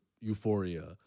Euphoria